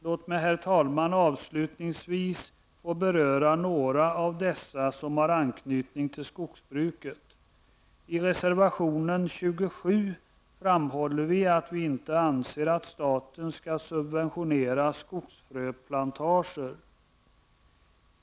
Låt mig, herr talman, avslutningsvis få beröra några av dessa som har anknytning till skogsbruket. I reservation 27 framhåller vi att vi inte anser att staten skall subventionera skogsfröplantager.